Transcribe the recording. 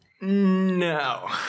No